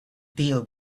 deal